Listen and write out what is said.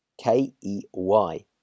K-E-Y